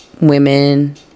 women